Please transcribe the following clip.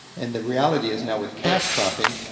and the reality is now with cash cropping,